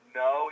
no